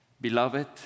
Beloved